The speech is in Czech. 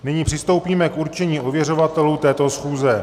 Nyní přistoupíme k určení ověřovatelů této schůze.